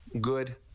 good